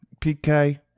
PK